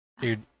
Dude